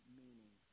meaning